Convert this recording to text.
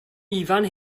ifan